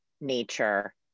nature